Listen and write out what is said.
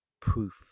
Proof